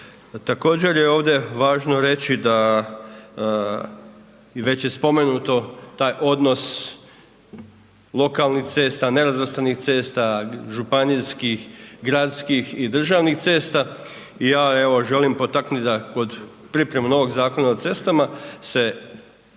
Također, je ovdje važno reći da i već je spomenuto taj odnos lokalnih cesta, nerazvrstanih cesta, županijskih, gradskih i državnih cesta i ja evo želim potaknuti da kod pripreme novog Zakona o cestama se